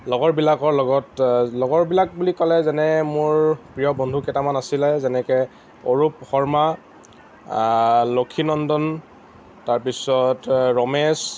লগৰবিলাকৰ লগত লগৰবিলাক বুলি ক'লে যেনে মোৰ প্ৰিয় বন্ধু কেইটামান আছিলে যেনেকৈ অৰূপ শৰ্মা লক্ষীনন্দন তাৰপিছত ৰমেশ